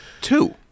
two